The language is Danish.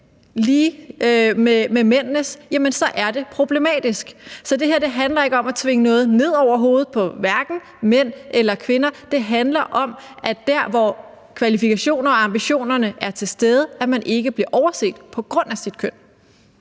lige med mændenes, så er det problematisk. Så det her det handler ikke om at tvinge noget ned over hovedet på hverken mænd eller kvinder. Det handler om, at der, hvor kvalifikationer og ambitionerne er til stede, bliver man ikke overset på grund af sit køn.